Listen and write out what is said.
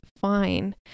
fine